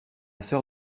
sœur